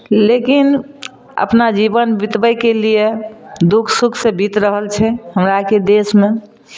लेकिन अपना जीबन बीतबैके लिए दुःख सुख से बीत रहल छै हमरा आरके देशमे